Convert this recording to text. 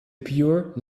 pure